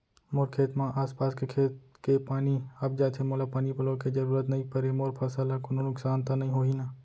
मोर खेत म आसपास के खेत के पानी आप जाथे, मोला पानी पलोय के जरूरत नई परे, मोर फसल ल कोनो नुकसान त नई होही न?